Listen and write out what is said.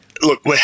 Look